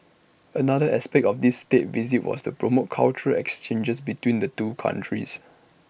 another aspect of this State Visit was to promote cultural exchanges between the two countries